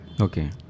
Okay